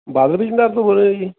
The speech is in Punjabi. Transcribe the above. ਤੋਂ ਬੋਲ ਰਹੇ ਹੋ ਜੀ